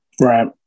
Right